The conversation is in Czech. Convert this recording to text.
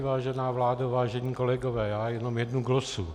Vážená vládo, vážení kolegové, jenom jednu glosu.